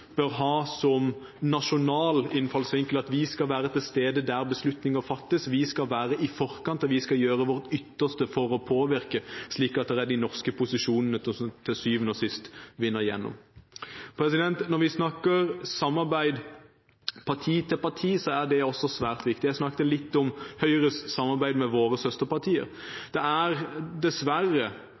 skal være til stede der beslutninger fattes. Vi skal være i forkant, og vi skal gjøre vårt ytterste for å påvirke, slik at det er de norske posisjonene som til syvende og sist vinner igjennom. Når vi snakker om samarbeid parti til parti, er det også svært viktig. Jeg snakket litt om Høyres samarbeid med våre søsterpartier. Selv om jeg ikke ønsker Senterpartiet så mye godt i norsk politikk, synes jeg det er